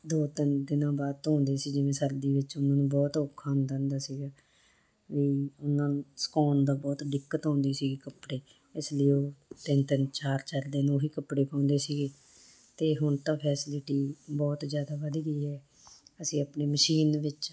ਦੋ ਤਿੰਨ ਦਿਨਾਂ ਬਾਅਦ ਧੋਂਦੇ ਸੀ ਜਿਵੇਂ ਸਰਦੀ ਵਿੱਚ ਉਹਨਾਂ ਨੂੰ ਬਹੁਤ ਔਖਾ ਹੁੰਦਾ ਹੁੰਦਾ ਸੀਗਾ ਵੀ ਉਹਨਾਂ ਨੂੰ ਸੁਕਾਉਣ ਉਹ ਦਾ ਬਹੁਤ ਦਿੱਕਤ ਆਉਂਦੀ ਸੀ ਕੱਪੜੇ ਇਸ ਲਈ ਤਿੰਨ ਤਿੰਨ ਚਾਰ ਚਾਰ ਦਿਨ ਉਹ ਹੀ ਕੱਪੜੇ ਪਾਉਂਦੇ ਸੀਗੇ ਅਤੇ ਹੁਣ ਤਾਂ ਫੈਸਿਲਟੀ ਬਹੁਤ ਜ਼ਿਆਦਾ ਵਧ ਗਈ ਹੈ ਅਸੀਂ ਆਪਣੀ ਮਸ਼ੀਨ ਵਿੱਚ